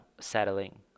settling